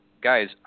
Guys